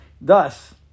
Thus